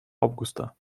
августа